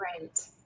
right